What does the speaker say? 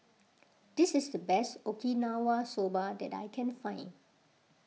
this is the best Okinawa Soba that I can find